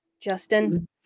Justin